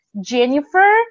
Jennifer